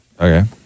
Okay